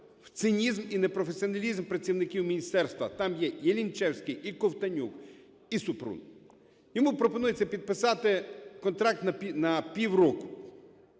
цинізм і непрофесіоналізм працівників міністерства – там є і Лінчевський, і Ковтонюк, і Супрун, – йому пропонується підписати контракт на півроку